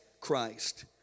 Christ